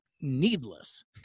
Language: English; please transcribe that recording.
needless